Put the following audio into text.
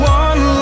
one